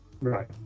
Right